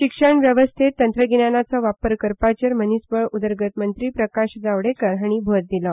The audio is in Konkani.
शिक्षण वेवस्थेंत तंत्रगिन्यानाचो वापर करपाचेर मनिसबळ उदरगत मंत्री प्रकाश जावडेकार हांणी भर दीलो